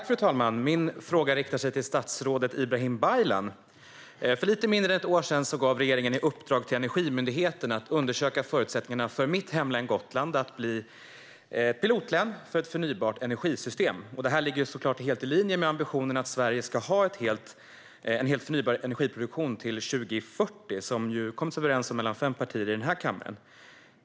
Fru talman! Min fråga riktar sig till statsrådet Ibrahim Baylan. För lite mindre än ett år sedan gav regeringen i uppdrag till Energimyndigheten att undersöka förutsättningarna för mitt hemlän Gotland att bli pilotlän för ett förnybart energisystem. Det här ligger såklart helt i linje med ambitionen att Sverige ska ha en helt förnybar energiproduktion till 2040, vilket fem partier i den här kammaren kommit överens om.